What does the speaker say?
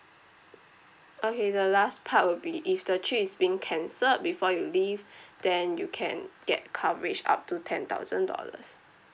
okay the last part will be if the trip is being cancelled before you leave then you can get coverage up to ten thousand dollars